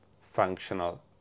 functional